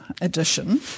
edition